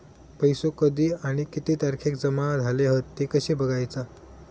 पैसो कधी आणि किती तारखेक जमा झाले हत ते कशे बगायचा?